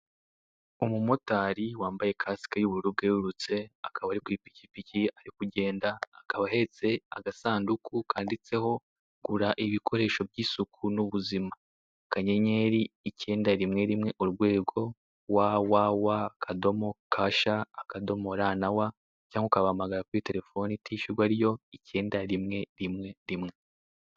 Umumotari wambaye kasike y'ubururu bwerurutse akaba ari ku ipikipiki ari kugenda, akaba ahetse agasanduku kanditseho "Gura ibikoresho by'isuku n'ubuzima, akanyenyeri icyenda rimwe rimwe urwego, www.kasha.rw, cyangwa ukabahamagara kuri telefoni itishyurwa ariyo icyenda rimwe rimwe rimwe".